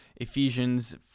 Ephesians